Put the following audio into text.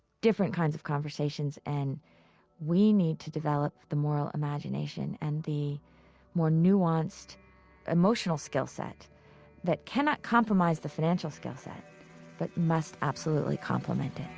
different kinds of conversations, and we need to develop the moral imagination and the more nuanced emotional skill set that cannot compromise the financial skill set that must absolutely complement it